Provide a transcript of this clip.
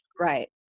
Right